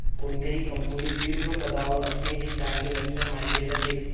कोणत्याही कंपनीत दीर्घ पदावर असणे हे चांगले लक्षण मानले जाते